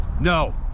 No